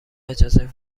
اجازه